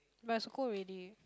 but I circle already